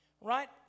Right